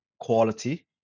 quality